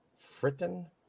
fritten